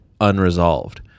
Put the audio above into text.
unresolved